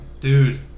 Dude